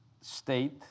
state